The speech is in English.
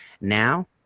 now